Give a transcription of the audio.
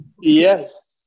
Yes